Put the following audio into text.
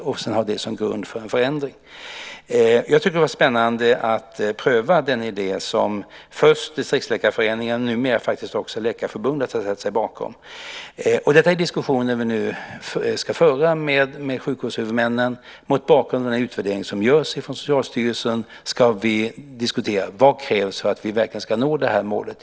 Sedan kan man ha det som grund för en förändring. Jag tycker att det var spännande att pröva den idé som först Distriktsläkarföreningen och numera faktiskt också Läkarförbundet har ställt sig bakom. Detta är diskussioner som vi nu ska föra med sjukvårdshuvudmännen. Mot bakgrund av den utvärdering som görs av Socialstyrelsen ska vi diskutera vad som krävs för att vi verkligen ska nå det här målet.